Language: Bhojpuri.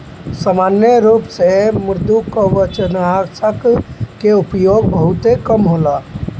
सामान्य रूप से मृदुकवचनाशक के उपयोग बहुते कम होला